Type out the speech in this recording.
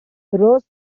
گه، خودش